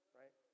right